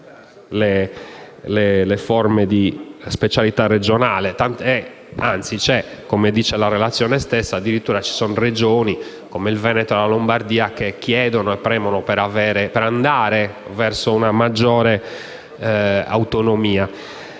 le forme di specialità regionale, tant'è che, come dice la relazione, addirittura ci sono Regioni come il Veneto e Lombardia che premono per andare verso una maggiore autonomia.